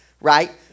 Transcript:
right